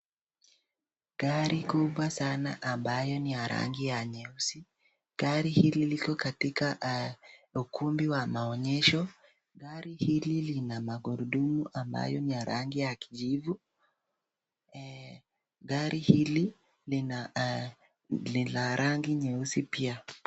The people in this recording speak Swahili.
Gari kubwa sana ambayo ni ya rangi ya nyeusi. Gari hili liko katika ukumbi wa maonyesho. Gari hili lina magurudumu ambayo ni ya rangi ya kijivu. Gari hili ni la rangi nyeusi pia.